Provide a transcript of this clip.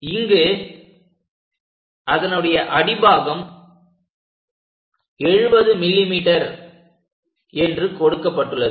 இங்கு அதனுடைய அடிபாகம் 70 mm என்று கொடுக்கப்பட்டுள்ளது